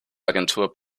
agentur